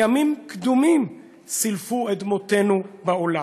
מימים קדומים סילפו את דמותנו בעולם,